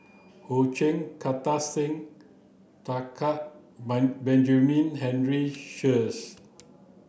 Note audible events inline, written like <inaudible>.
Ho Ching Kartar Singh Thakral <unintelligible> Benjamin Henry Sheares